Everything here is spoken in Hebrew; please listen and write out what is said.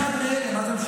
אחד מאלה, מה זה משנה?